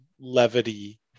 levity